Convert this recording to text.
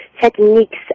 techniques